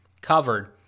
covered